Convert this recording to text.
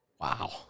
Wow